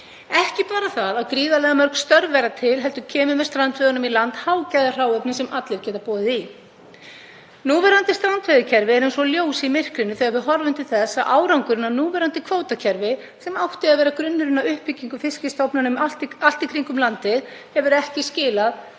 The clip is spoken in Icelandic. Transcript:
bara varðandi það að gríðarlega mörg störf verða til heldur koma hágæðahráefni með strandveiðunum í land sem allir geta boðið í. Núverandi strandveiðikerfi er eins og ljós í myrkrinu þegar við horfum til þess að árangurinn af núverandi kvótakerfi, sem átti að vera grunnurinn að uppbyggingu fiskstofna allt í kringum landið, hefur ekki skilað